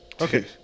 okay